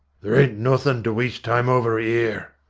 there ain't nothin to waste time over ere,